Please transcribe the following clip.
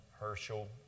Herschel